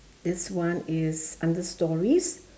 this one is under stories